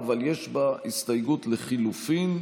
משה יעלון,